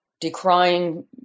decrying